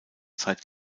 zeit